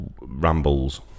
Rambles